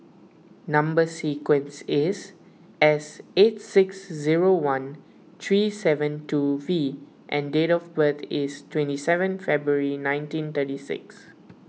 Number Sequence is S eight six zero one three seven two V and date of birth is twenty seven February nineteen thirty six